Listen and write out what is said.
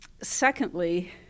Secondly